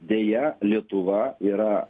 deja lietuva yra